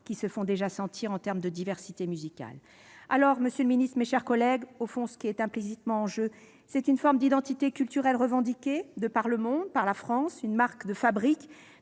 qui se font déjà sentir en termes de diversité musicale. Monsieur le ministre, mes chers collègues, au fond, ce qui est implicitement en jeu, c'est une forme d'identité culturelle revendiquée par la France dans le monde, une « marque de fabrique